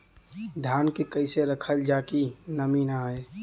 धान के कइसे रखल जाकि नमी न आए?